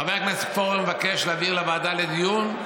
חבר הכנסת פורר מבקש להעביר לוועדה לדיון.